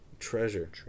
Treasure